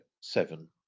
seven